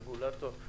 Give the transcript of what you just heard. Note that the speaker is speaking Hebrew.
הרגולטור.